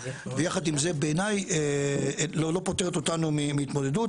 ויחד עם זה בעיניי לא פותרת אותנו מהתמודדות.